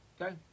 Okay